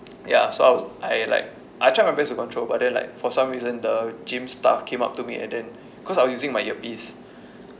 ya so I wa~ I like I tried my best to control but then like for some reason the gym staff came up to me and then because I was using my earpiece